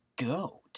goat